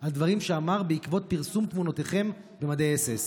על דברים שאמר בעקבות פרסום תמונותיכם במדי אס.אס".